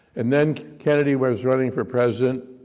and then kennedy was running for president,